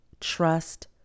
trust